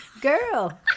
girl